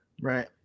Right